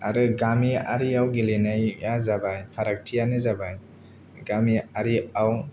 आरो गामि आरियाव गेलेनायया जाबाय फारागथियानो जाबाय गामि आरिआव